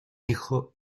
hijo